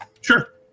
Sure